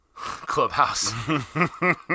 clubhouse